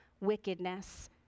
wickedness